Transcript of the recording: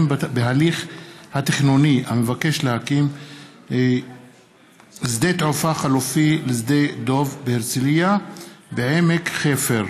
בהליך התכנוני המבקש להקים שדה תעופה חלופי לשדה דב בהרצליה בעמק חפר.